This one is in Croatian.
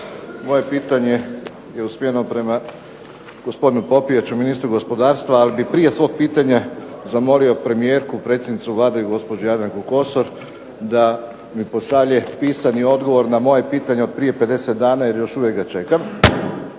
Moje pitanje je usmjereno prema gospodinu Popijaču, ministru gospodarstva, ali bih prije svog pitanja zamolio premijerku, predsjednicu Vlade, gospođu Jadranku Kosor da mi pošalje pisani odgovor na moje pitanje od prije 50 dana jer još uvijek ga čekam.